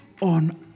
on